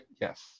yes